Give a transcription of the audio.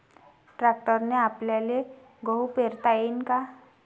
ट्रॅक्टरने आपल्याले गहू पेरता येईन का?